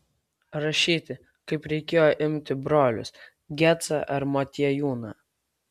rašyti kaip reikėjo imti brolius gecą ar motiejūną